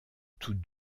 tous